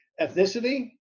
ethnicity